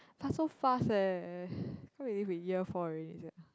but so fast eh can't believe we year four already sia